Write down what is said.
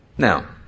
Now